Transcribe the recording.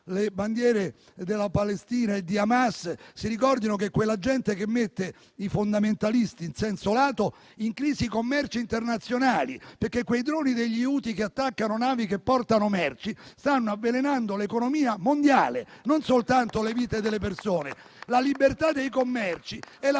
le bandiere della Palestina e di Hamas si ricordino che i fondamentalisti mettono in crisi i commerci internazionali. Quei droni degli Houthi che attaccano navi che portano merci stanno avvelenando l'economia mondiale, non soltanto le vite delle persone. La libertà dei commerci è la